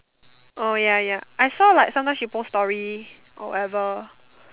oh ya ya I saw like sometime she post story or whatever